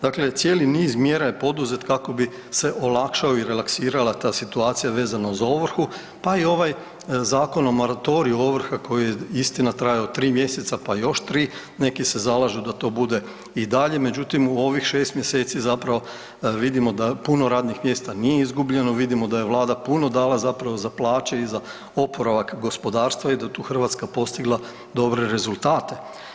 Dakle, cijeli niz mjera je poduzet kako bi se olakšalo i relaksirala ta situacija vezana uz ovrhu, pa i ovaj Zakon o moratoriju ovrha koji je istina trajao 3 mjeseca, pa još 3, neki se zalažu da to bude i dalje, međutim u ovih 6 mjeseci vidimo da puno radnih mjesta nije izgubljeno, vidimo da je Vlada puno dala zapravo za plaće i za oporavak gospodarstva i da je tu Hrvatska postigla dobre rezultate.